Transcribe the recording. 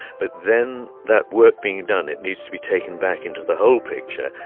but then that work being done, it needs to be taken back into the whole picture,